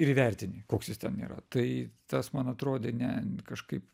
ir įvertini koks jis ten yra tai tas man atrodė ne kažkaip